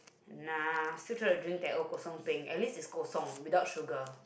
nah still try drink teh O kosong peng at least is kosong without sugar